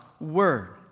word